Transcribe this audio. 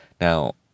now